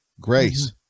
Grace